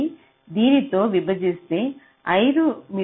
ని దీనితో విభజిస్తే 5 మి